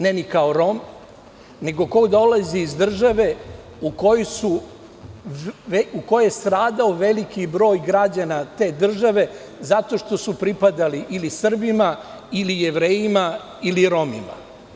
Ne ni kao Rom, nego ko dolazi iz države u kojoj je stradao veliki broj građana te države zato što su pripadali ili Srbima ili Jevrejima ili Romima.